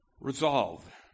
Resolve